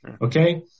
Okay